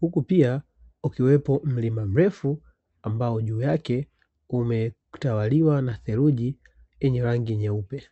huku pia ukiwepo mlima mrefu ambao juu yake umetawaliwa na seruji yenye rangi nyeupe.